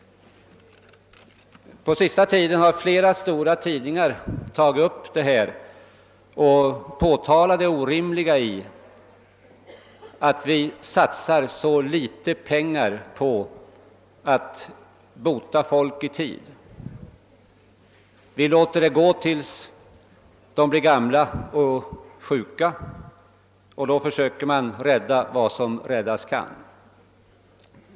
På sista tiden har flera stora tidningar tagit upp dessa problem och påtalat det orimliga i att vi satsar så litet pengar på att bota folk i tid. Vi låter det gå tills de blir gamla och sjuka, och då försöker man rädda vad som räddas kan.